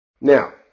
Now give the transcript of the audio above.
Now